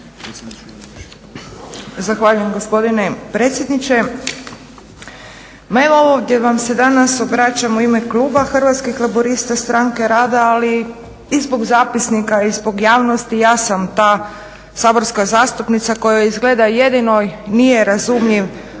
Zahvaljujem gospodine predsjedniče. Ma evo ovdje danas vam se obraćam u ime kluba Hrvatskih laburista-Stranke rada ali i zbog zapisnika i zbog javnosti, ja sam ta saborska zastupnica koja izgleda jedinoj nije razumljiv